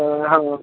हँ